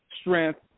strength